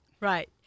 Right